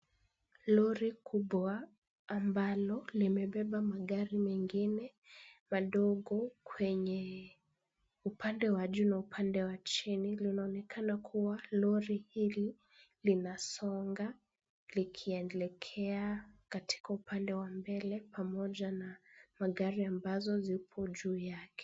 Lori kubwa ambalo limebeba magari mengine madogo kwenye upande wa juu na upande wa chini. Linaonekana kuwa lori hili linasonga likielekea katika upande wa mbele, pamoja na magari ambazo zipo juu yake.